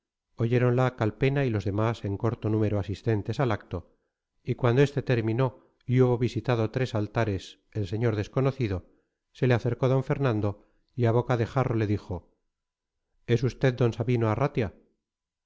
suma devoción oyéronla calpena y los demás en corto número asistentes al acto y cuando este terminó y hubo visitado tres altares el señor desconocido se le acercó d fernando y a boca de jarro le dijo es usted d sabino arratia